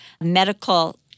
medical